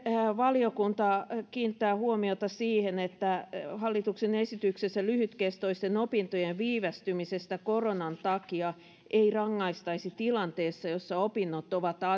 valiokunta kiinnittää huomiota siihen että hallituksen esityksessä lyhytkestoisten opintojen viivästymisestä koronan takia ei rangaistaisi tilanteessa jossa opinnot ovat